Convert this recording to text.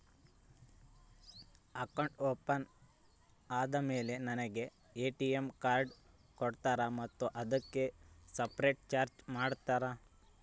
Account open ಆದಮೇಲೆ ನನಗೆ ATM card ಕೊಡ್ತೇರಾ ಮತ್ತು ಅದಕ್ಕೆ ಸಪರೇಟ್ ಚಾರ್ಜ್ ಮಾಡ್ತೇರಾ?